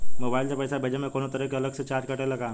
Mobile से पैसा भेजे मे कौनों तरह के अलग से चार्ज कटेला का?